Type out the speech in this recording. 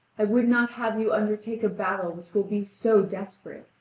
i would not have you undertake a battle which will be so desperate.